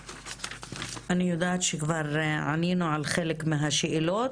אני יודעת שכבר ענינו על חלק מהשאלות,